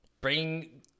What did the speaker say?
bring